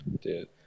dude